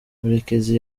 murekezi